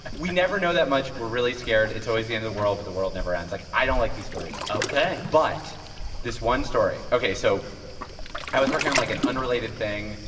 we never know that much. we're really scared. it's always the end of the world. but the world never ends. like, i don't like these stories ok but this one story ok, so i was working on, like, an unrelated thing.